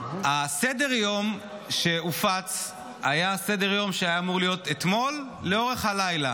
סדר-היום שהופץ היה סדר-יום שהיה אמור להיות אתמול לאורך הלילה.